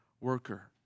worker